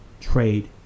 trade